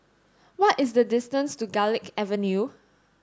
what is the distance to Garlick Avenue